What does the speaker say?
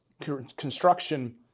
construction